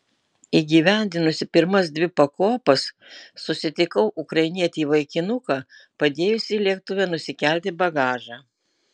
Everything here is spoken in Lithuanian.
įgyvendinusi pirmas dvi pakopas susitikau ukrainietį vaikinuką padėjusį lėktuve nusikelti bagažą